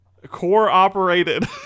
Core-operated